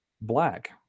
black